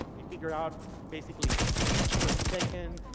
they figure out basically beats per second,